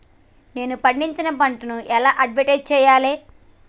నేను పండించిన పంటను ఎలా అడ్వటైస్ చెయ్యాలే?